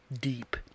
Deep